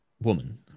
woman